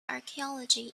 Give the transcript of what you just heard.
archaeology